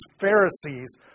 Pharisees